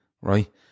right